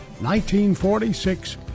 1946